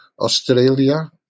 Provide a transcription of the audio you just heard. Australia